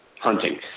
Hunting